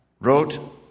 wrote